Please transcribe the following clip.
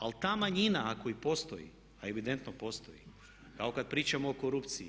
Ali ta manjina ako i postoji, a evidentno postoji kao kad pričamo o korupciji.